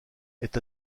est